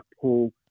pull